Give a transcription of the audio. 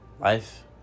life